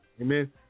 Amen